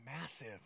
massive